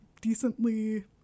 decently